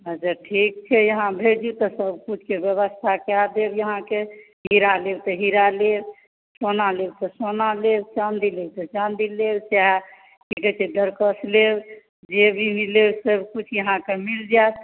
अच्छा ठीक छै तऽ भेजू व्यवस्था कए देब अहाँकेँ हीरा लेब तऽ हीरा लेब सोना लेब तऽ सोना लेब चाँदी लेब तऽ चाँदी लेब या की कहै छै डरकस लेब जे भी लेब सब किछु अहाँकेँ मिल जायत